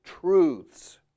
truths